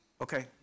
okay